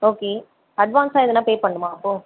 okay அட்வான்ஸாக எதுனா pay பண்ணணுமா அப்போது